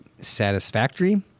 satisfactory